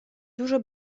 duży